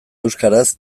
euskaraz